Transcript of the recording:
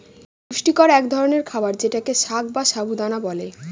পুষ্টিকর এক ধরনের খাবার যেটাকে সাগ বা সাবু দানা বলে